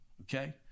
okay